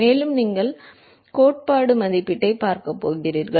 மேலும் நீங்கள் கோட்பாட்டு மதிப்பீட்டைப் பார்க்கப் போகிறீர்கள்